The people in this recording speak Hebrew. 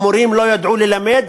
המורים לא ידעו ללמד,